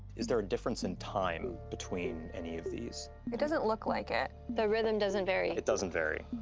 is there a difference in time between any of these? it doesn't look like it. the rhythm doesn't vary. it doesn't vary?